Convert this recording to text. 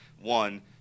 One